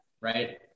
Right